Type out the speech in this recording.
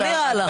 מה נראה לך?